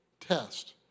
test